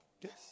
Yes